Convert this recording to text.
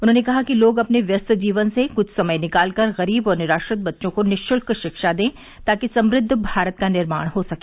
उन्होंने कहा कि लोग अपने व्यस्त जीवन से कृष्ठ समय निकाल कर गरीब और निराश्रित बच्चों को निःशुल्क शिक्षा दें ताकि समृद्व भारत का निर्माण हो सके